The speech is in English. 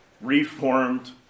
reformed